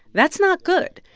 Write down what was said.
that's not good.